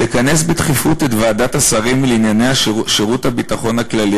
לכנס בדחיפות את ועדת השרים לענייני שירות הביטחון הכללי,